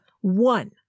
One